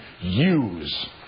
use